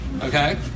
okay